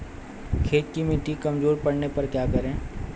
खेत की मिटी कमजोर पड़ने पर क्या करें?